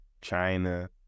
China